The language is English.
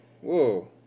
Whoa